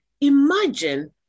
imagine